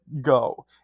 go